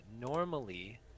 normally